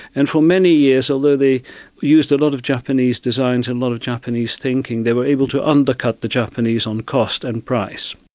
and for many years, although they used a lot of japanese designs and a lot of japanese thinking, they were able to undercut the japanese on cost and price.